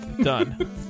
Done